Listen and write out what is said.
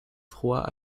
froids